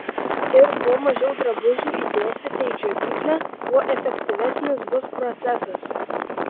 ir kuo mažiau drabužių įdėsite į džiovyklę tuo efektyvesnis bus procesas